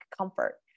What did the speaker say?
comfort